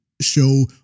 show